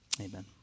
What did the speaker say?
amen